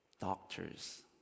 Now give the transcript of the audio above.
Doctors